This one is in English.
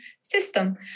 system